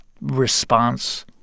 response